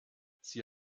sie